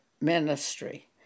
ministry